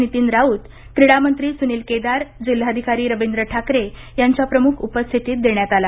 नितीन राऊत क्रीडा मंत्री सुनील केदार जिल्हाधिकारी रवींद्र ठाकरे यांच्या प्रमुख उपस्थितीत देण्यात आला